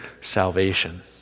salvation